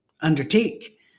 undertake